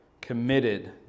committed